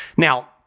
Now